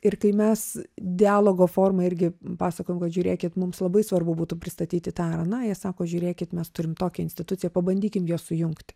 ir kai mes dialogo forma irgi pasakojom kad žiūrėkit mums labai svarbu būtų pristatyti tą ar aną jie sako žiūrėkit mes turim tokią instituciją pabandykim juos sujungti